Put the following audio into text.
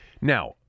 Now